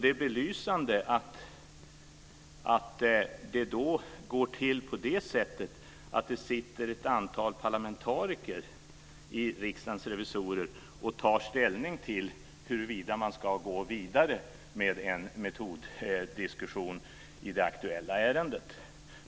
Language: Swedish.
Det är då belysande att det går till på det sättet att det sitter ett antal parlamentariker i Riksdagens revisorer och tar ställning till huruvida man ska gå vidare med en metoddiskussion i det aktuella ärendet.